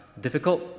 difficult